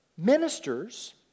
Ministers